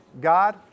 God